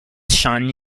shan